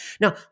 Now